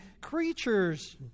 creatures